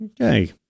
Okay